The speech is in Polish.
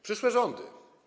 Przyszłe rządy.